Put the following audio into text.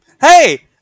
hey